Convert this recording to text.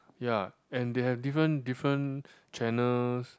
ya and they have different different channels